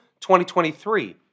2023